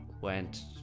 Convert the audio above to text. went